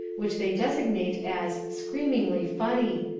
which they designate as screamingly funny,